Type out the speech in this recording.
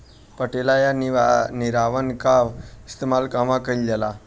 पटेला या निरावन का इस्तेमाल कहवा कइल जाला?